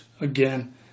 Again